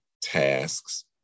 tasks